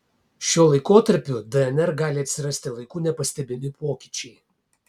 šiuo laikotarpiu dnr gali atsirasti laiku nepastebimi pokyčiai